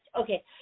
Okay